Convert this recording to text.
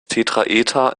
tetraeder